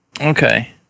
Okay